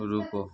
रुको